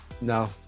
No